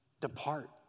depart